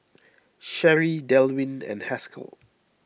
Sheree Delwin and Haskell